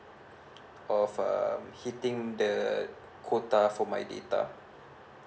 of um hitting the quota for my data